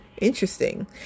Interesting